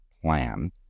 Plan